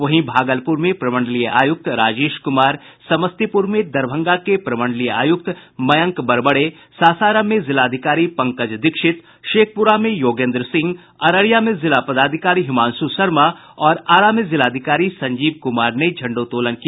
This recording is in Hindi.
वहीं भागलपुर में प्रमंडलीय आयुक्त राजेश कुमार समस्तीपुर में दरभंगा के प्रमंडलीय आयुक्त मयंक बरबड़े सासाराम में जिलाधिकारी पंकज दीक्षित शेखपुरा में योगेन्द्र सिंह अररिया में जिला पदाधिकारी हिमांशु शर्मा और आरा में जिलाधिकारी संजीव कुमार ने झंडोत्तोलन किया